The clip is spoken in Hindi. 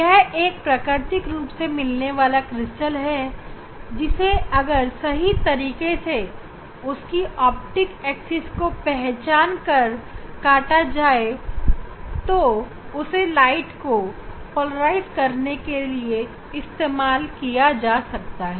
यह एक प्राकृतिक रूप से मिलने वाला क्रिस्टल है जिसे अगर सही तरीके से उसकी ऑप्टिक एक्सिस को पहचान कर काटा जाए तो उसे प्रकाश को पोलराइज करने के लिए इस्तेमाल किया जा सकता है